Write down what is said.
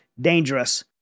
Dangerous